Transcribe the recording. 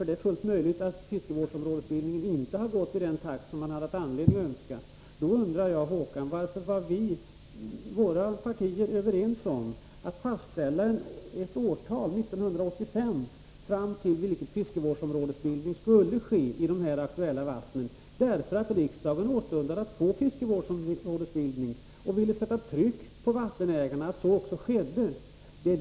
Det är fullt möjligt att detta inte har gått i den takt som man haft anledning att önska, men om det är så, då undrar jag, Håkan Strömberg: Varför var våra partier överens om att fastställa ett årtal, 1985, fram till vilket fiskevårdsområdesbildning skulle ske i de aktuella vattnen? Jo, därför att riksdagen åstundade att få fiskevårdsområdesbildning och ville sätta tryck på vattenägarna.